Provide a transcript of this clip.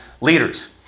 leaders